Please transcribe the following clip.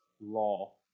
law